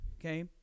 okay